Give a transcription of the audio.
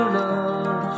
love